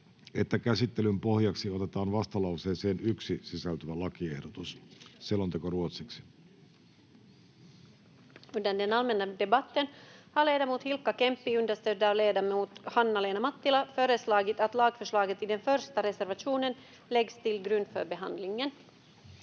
että käsittelyn pohjaksi otetaan vastalauseeseen 2 sisältyvä lakiehdotus. Keskusta